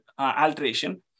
alteration